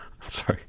Sorry